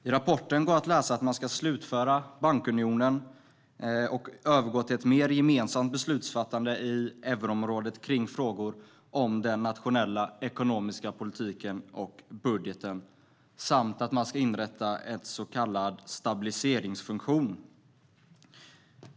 I rapporten går att läsa att man ska slutföra bankunionen och övergå till ett mer gemensamt beslutfattande i euroområdet i frågor om den nationella ekonomiska politiken och budgeten samt att man ska inrätta en så kallad stabiliseringsfunktion.